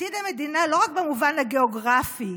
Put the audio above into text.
עתיד המדינה לא רק במובן הגיאוגרפי,